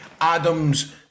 adams